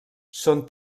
són